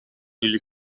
jullie